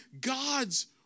God's